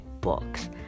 books